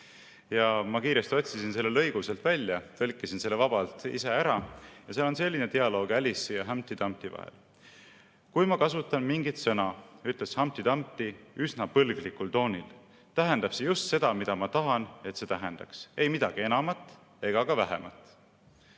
Ma kiiresti otsisin selle lõigu sealt välja ja tegin ise vaba tõlke. Seal on selline dialoog Alice'i ja Dumpty vahel: ""Kui ma kasutan mingit sõna," ütles Humpty Dumpty üsna põlglikul toonil, "tähendab see just seda, mida ma tahan, et see tähendaks. Ei midagi enamat ega ka vähemat."